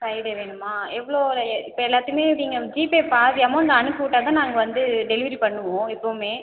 Friday வேணுமா எவ்வளோல ஏ இப்போ எல்லாத்தையுமே நீங்கள் ஜிபே பாதி அமௌண்ட் அனுப்பிவிட்டா தான் நாங்கள் வந்து டெலிவெரி பண்ணுவோம் எப்போவுமே